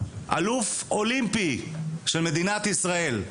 אלוף אולימפי של מדינת ישראל.